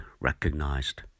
recognized